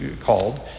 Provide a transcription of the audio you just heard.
called